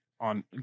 on